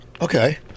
okay